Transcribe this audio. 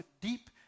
deep